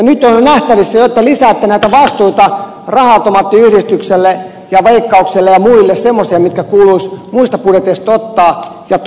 nyt on jo nähtävissä että te lisäätte näitä vastuita raha automaattiyhdistykselle ja veikkaukselle ja muille semmoisia mitkä kuuluisi muista budjeteista ottaa